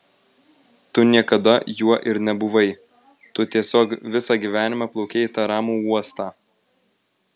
tu niekada juo ir nebuvai tu tiesiog visą gyvenimą plaukei į tą ramų uostą